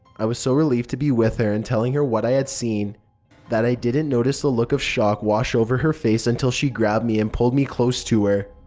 i was so relieved to be with her and telling her what i had seen that i didn't notice the look of shock wash over her face until she grabbed me and pulled me close to her.